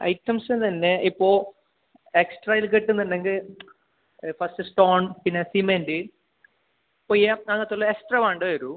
items ഇതന്നെ ഇപ്പോൾ extra ഇത് കിട്ടുന്നുണ്ടെങ്കിൽ ഫസ്റ്റ് സ്റ്റോൺ പിന്നെ സിമൻറ്റ് കുയ്യാട്ട അങ്ങനത്തെ എക്സ്ട്രാ വേണ്ടി വരും